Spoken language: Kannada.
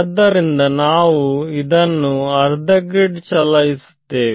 ಆದ್ದರಿಂದ ನಾವು ಇವನ್ನು ಅರ್ಧ ಗ್ರಿಡ್ ಚಲಾಯಿಸುತ್ತೇವೆ